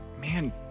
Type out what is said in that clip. man